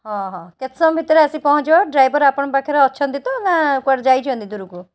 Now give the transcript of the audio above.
ହଁ ହଁ କେତେ ସମୟ ଭିତରେ ଆସି ପହଁଞ୍ଚିବ ଡ୍ରାଇଭର ଆପଣଙ୍କ ପାଖରେ ଅଛନ୍ତି ତ ନା କୁଆଡ଼େ ଯାଇଛନ୍ତି ଦୂରୁକୁ